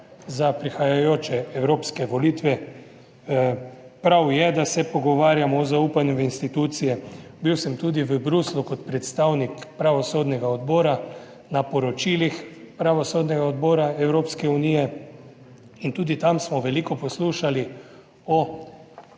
za prihajajoče evropske volitve. Prav je, da se pogovarjamo o zaupanju v institucije. Bil sem tudi v Bruslju kot predstavnik pravosodnega odbora na poročilih pravosodnega odbora Evropske unije in tudi tam smo veliko poslušali o